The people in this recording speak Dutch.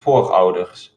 voorouders